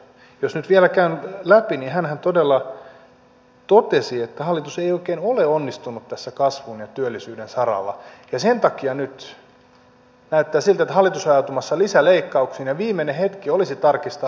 jos nyt vielä käyn läpi niin hänhän todella totesi että hallitus ei oikein ole onnistunut tässä kasvun ja työllisyyden saralla ja sen takia nyt näyttää siltä että hallitus on ajautumassa lisäleikkauksiin ja viimeinen hetki olisi tarkistaa hallitusohjelmaa